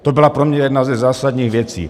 To byla pro mě jedna ze zásadních věcí.